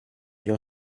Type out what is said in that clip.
your